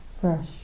fresh